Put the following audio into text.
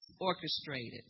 orchestrated